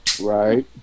Right